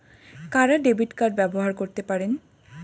কারা debit card ব্যবহার করতে পারেন?